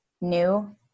new